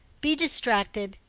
be distracted,